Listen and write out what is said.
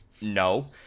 No